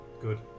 Good